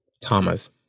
Thomas